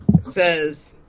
says